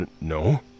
no